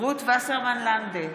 רות וסרמן לנדה,